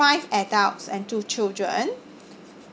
five adults and two children